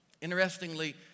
Interestingly